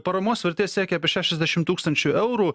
paramos vertė siekia apie šešiasdešim tūkstančių eurų